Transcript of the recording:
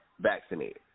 vaccinated